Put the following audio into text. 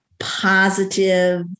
positive